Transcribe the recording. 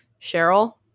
Cheryl